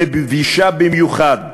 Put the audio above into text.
מבישה במיוחד